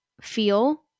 Feel